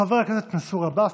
חבר הכנסת מנסור עבאס,